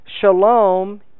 Shalom